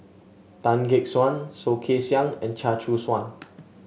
Tan Gek Suan Soh Kay Siang and Chia Choo Suan